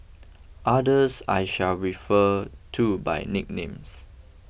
others I shall refer to by nicknames